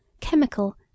chemical